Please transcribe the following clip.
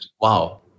Wow